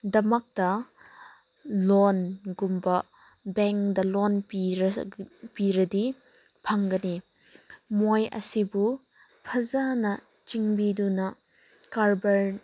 ꯗꯃꯛꯇ ꯂꯣꯟꯒꯨꯝꯕ ꯕꯦꯡꯗ ꯂꯣꯟ ꯄꯤꯔꯗꯤ ꯐꯪꯒꯅꯤ ꯃꯣꯏ ꯑꯁꯤꯕꯨ ꯐꯖꯅ ꯆꯤꯡꯕꯤꯗꯨꯅ ꯀꯔꯕꯥꯔ